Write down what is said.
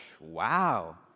wow